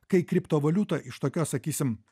kai kriptovaliutą iš tokios sakysime